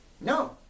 No